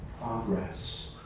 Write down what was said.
progress